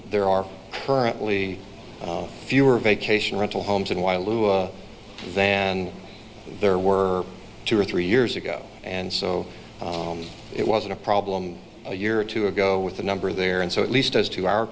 there are currently fewer vacation rental homes and why lou then there were two or three years ago and so it wasn't a problem a year or two ago with the number there and so at least as to our